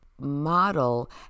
model